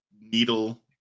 Needle